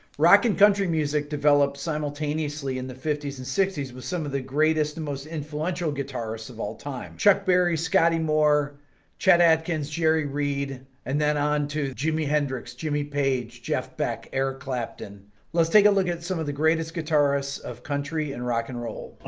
rock and country music developed simultaneously in the fifty s and sixty s with some of the greatest and most influential guitarists of all time chuck berry scotty moore chet atkins jerry reed and then on to jimi hendrix jimmy page, jeff beck eric clapton let's take a look at some of the greatest guitarists of country and rock and roll